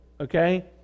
okay